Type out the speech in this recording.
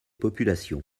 populations